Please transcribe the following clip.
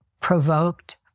provoked